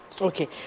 Okay